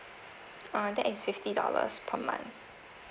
oh that is fifty dollars per month